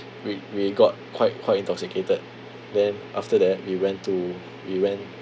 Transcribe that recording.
we we got quite quite intoxicated then after that we went to we went